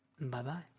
Bye-bye